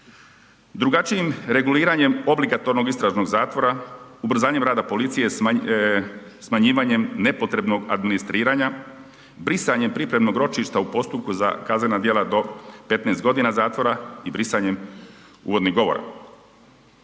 drugačijim reguliranjem obligatornog istražnog zatvora, ubrzanjem rada policije, smanjivanjem nepotrebnog administriranja, brisanjem pripremnog ročišta u postupku za kaznena djela do 15 g. zatvora i brisanjem uvodnih govora,